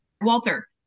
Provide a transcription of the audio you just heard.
Walter